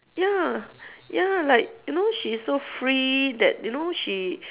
ya ya like you know she so free that you know she